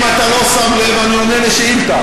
אם אתה לא שם לב, אני עונה על שאילתה.